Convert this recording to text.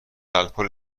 الکل